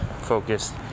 focused